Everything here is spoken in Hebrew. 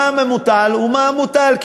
המע"מ המוטל הוא מע"מ מוטל,